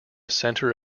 center